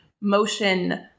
motion